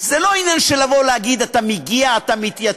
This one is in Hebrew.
זה לא עניין של להגיד: אתה מגיע ומתייצב,